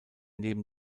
neben